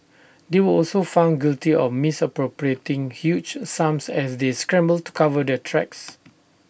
they were also found guilty of misappropriating huge sums as they scrambled to cover their tracks